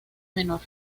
menor